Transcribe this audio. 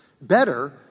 better